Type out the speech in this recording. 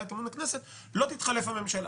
לא תתחלף הממשלה.